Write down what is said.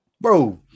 Bro